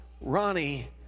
Ronnie